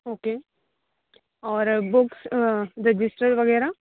okay और books register वगैरह